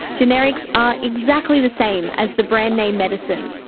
generics are exactly the same as the brand-name medicine,